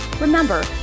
remember